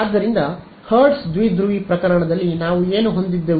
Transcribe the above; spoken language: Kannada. ಆದ್ದರಿಂದ ಹರ್ಟ್ಜ್ ದ್ವಿಧ್ರುವಿ ಪ್ರಕರಣದಲ್ಲಿ ನಾವು ಏನು ಹೊಂದಿದ್ದೆವು